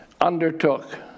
undertook